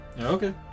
Okay